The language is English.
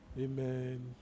Amen